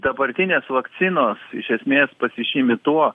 dabartinės vakcinos iš esmės pasižymi tuo